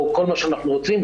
או כל מה שאנחנו רוצים,